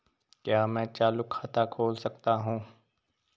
क्या मैं चालू खाता खोल सकता हूँ?